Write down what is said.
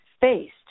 faced